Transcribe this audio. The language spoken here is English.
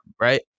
right